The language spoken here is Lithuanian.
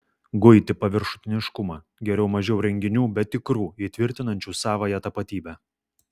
guiti paviršutiniškumą geriau mažiau renginių bet tikrų įtvirtinančių savąją tapatybę